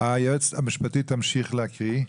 היועצת המשפטית תמשיך להקריא.